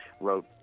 wrote